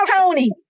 Tony